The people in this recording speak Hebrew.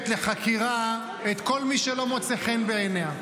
לחקירה את כל מי שלא מוצא חן בעיניה?